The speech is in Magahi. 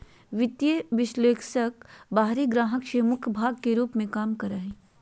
वित्तीय विश्लेषक बाहरी ग्राहक ले मुख्य भाग के रूप में काम करा हइ